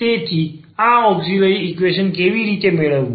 તેથી આ auxiliary equation કેવી રીતે મેળવવું